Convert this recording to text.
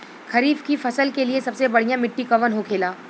खरीफ की फसल के लिए सबसे बढ़ियां मिट्टी कवन होखेला?